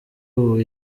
ubu